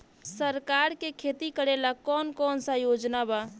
सरकार के खेती करेला कौन कौनसा योजना बा?